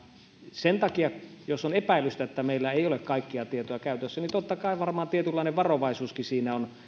sen takia jos on epäilystä että meillä ei ole kaikkea tietoa käytössä varmaan tietynlainen varovaisuuskin siinä on